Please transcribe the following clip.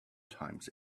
times